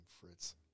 Fritz